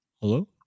Hello